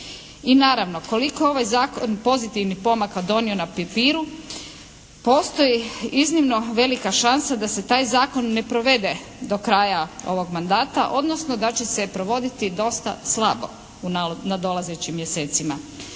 I naravno, koliko ovaj Zakon pozitivnih pomaka donio na papiru postoji iznimno velika šansa da se taj zakon ne provede do kraja ovog mandata, odnosno da će se provoditi dosta slabo u nadolazećim mjesecima.